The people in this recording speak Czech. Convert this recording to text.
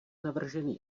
navržený